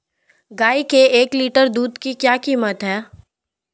गाय के एक लीटर दूध की क्या कीमत है?